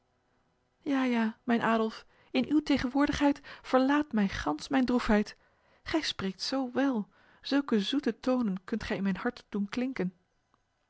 ja ja mijn adolf in uw tegenwoordigheid verlaat mij gans mijn droefheid gij spreekt zo wel zulke zoete tonen kunt gij in mijn hart doen klinken